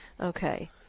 okay